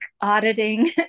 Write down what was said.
auditing